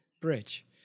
bridge